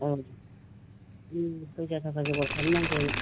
ओं फैसा थाखा जगार खालामनांगोन